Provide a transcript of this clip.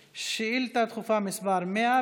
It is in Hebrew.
שאילתה דחופה מס' 100,